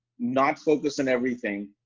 not focused on everything,